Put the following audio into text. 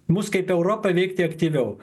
mus kaip europą veikti aktyviau